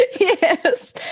yes